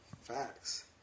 Facts